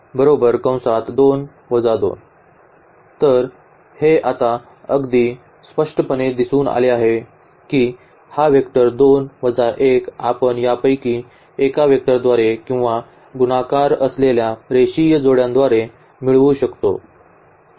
तर हे आता अगदी स्पष्टपणे दिसून आले आहे की हा वेक्टर 2 वजा 1 आपण यापैकी एका वेक्टरद्वारे किंवा गुणाकार असलेल्या रेषीय जोड्यांद्वारे मिळवू शकतो